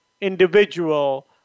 individual